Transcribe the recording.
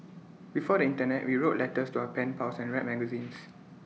before the Internet we wrote letters to our pen pals and read magazines